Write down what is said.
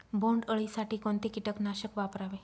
बोंडअळी साठी कोणते किटकनाशक वापरावे?